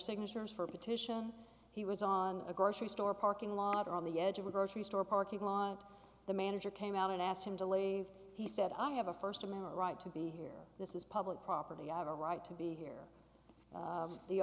signatures for a petition he was on a grocery store parking lot on the edge of a grocery store parking lot the manager came out and asked him to leave he said i have a st amendment right to be here this is public property i have a right to be here